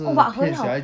oh but 很好